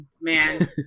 man